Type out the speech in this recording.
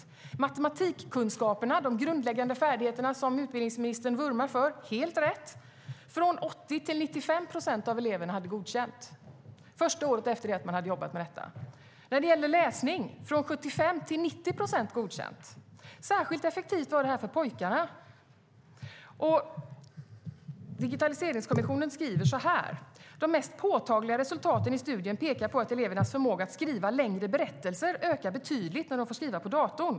När det gäller matematikkunskaperna, de grundläggande färdigheter utbildningsministern helt rätt vurmar för, ökade andelen elever med godkänt från 80 till 95 procent första året efter att man hade jobbat med detta. När det gäller läsning ökade andelen godkända elever från 75 till 90 procent. Särskilt effektivt var det här för pojkarna. Digitaliseringskommissionen skriver att de mest påtagliga resultaten i studien pekar på att elevernas förmåga att skriva längre berättelser ökar betydligt när de får skriva på datorn.